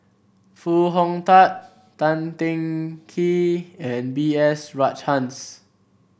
Foo Hong Tatt Tan Teng Kee and B S Rajhans